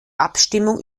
abstimmung